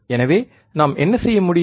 எனவே நாம் என்ன செய்ய முடியும்